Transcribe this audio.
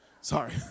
Sorry